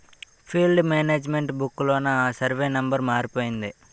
field measurement book లోన survey number మారిపోయింది